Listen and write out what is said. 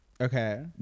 Okay